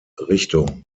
richtung